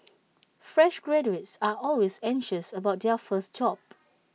fresh graduates are always anxious about their first job